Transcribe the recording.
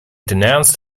denounced